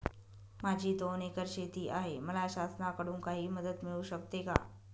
माझी दोन एकर शेती आहे, मला शासनाकडून काही मदत मिळू शकते का?